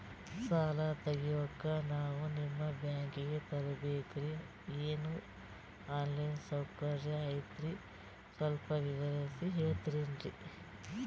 ಸಾಲ ತೆಗಿಯೋಕಾ ನಾವು ನಿಮ್ಮ ಬ್ಯಾಂಕಿಗೆ ಬರಬೇಕ್ರ ಏನು ಆನ್ ಲೈನ್ ಸೌಕರ್ಯ ಐತ್ರ ಸ್ವಲ್ಪ ವಿವರಿಸಿ ಹೇಳ್ತಿರೆನ್ರಿ?